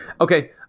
okay